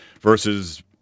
versus